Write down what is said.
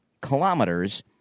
kilometers